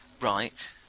Right